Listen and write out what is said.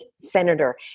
senator